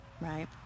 right